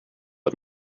let